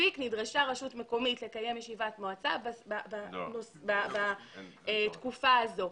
נדרשה רשות מקומית לקיים ישיבת מועצה בתקופה הזו".